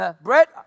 Brett